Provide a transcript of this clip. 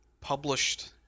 published